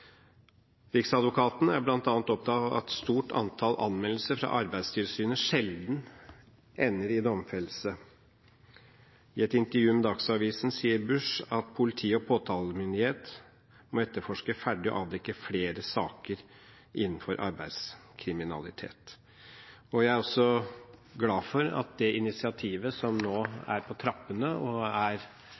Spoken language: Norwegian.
Riksadvokaten er bl.a. opptatt av at et stort antall anmeldelser fra Arbeidstilsynet sjelden ender i domfellelse. I et intervju med Dagsavisen sier Busch at politi og påtalemyndighet må «avdekke og etterforske ferdig flere saker innenfor arbeidskriminalitet». Jeg er glad for initiativet til – som nå er på trappene, og